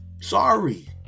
Sorry